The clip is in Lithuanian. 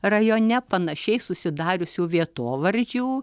rajone panašiai susidariusių vietovardžių